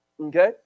Okay